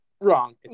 Wrong